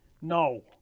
no